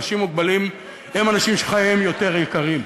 אנשים מוגבלים הם אנשים שחייהם יותר יקרים.